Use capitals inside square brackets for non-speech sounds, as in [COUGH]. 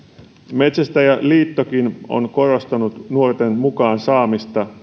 metsästäjäliittokin on korostanut nuorten saamista [UNINTELLIGIBLE]